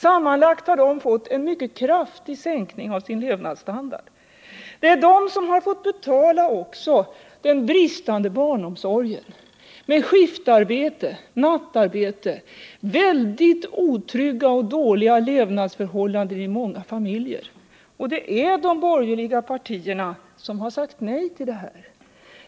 Sammanlagt har de fått en mycket kraftig sänkning av sin levnadsstandard. Det är också de som har fått betala den bristande barnomsorgen, med skiftarbete, nattarbete, väldigt otrygga och dåliga levnadsförhållanden i många familjer. Och det är de borgerliga partierna som har sagt nej till åtgärder här.